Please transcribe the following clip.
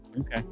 Okay